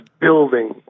building